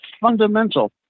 fundamental